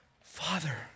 Father